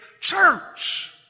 church